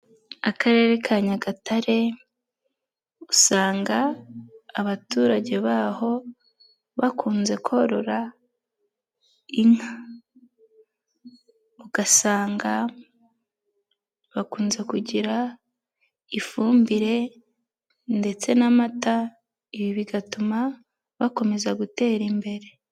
Akarere ka Nyagatare usanga abaturage baho bakunze korora inka. Ugasanga bakunze kugira ifumbire ndetse n'amata, ibi bigatuma bakomeza gutera imbere.